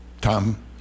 Tom